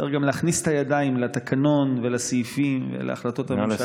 צריך להכניס את הידיים גם לתקנון ולסעיפים ולהחלטות הממשלה.